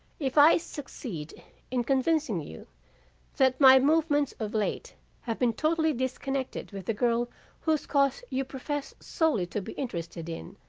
if i succeed in convincing you that my movements of late have been totally disconnected with the girl whose cause you profess solely to be interested in,